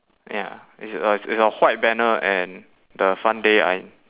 ya it's a it's a white banner and the fun day I'm